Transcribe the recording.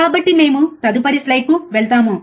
కాబట్టి మేము తదుపరి స్లైడ్కు వెళ్తాము